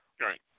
Right